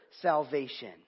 salvation